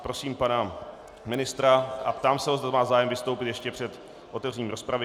Prosím pana ministra a ptám se ho, zda má zájem vystoupit ještě před otevřením rozpravy.